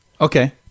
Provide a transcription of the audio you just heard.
Okay